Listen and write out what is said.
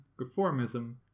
reformism